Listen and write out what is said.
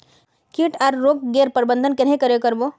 किट आर रोग गैर प्रबंधन कन्हे करे कर बो?